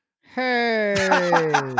Hey